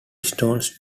stones